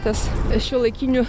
tas tas šiuolaikinių